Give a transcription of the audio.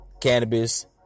Cannabis